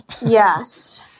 yes